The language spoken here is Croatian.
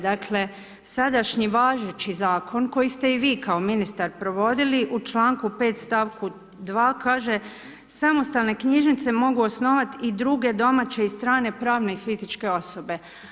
Dakle, sadašnji važeći zakon koji ste i vi kao ministar provodili u članku 5., stavku 2. kaže: „Samostalne knjižnice mogu osnovati i druge domaće i strane, pravne i fizičke osobe.